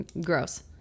gross